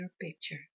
picture